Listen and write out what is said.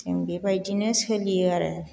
जों बेबायदिनो सोलियो आरो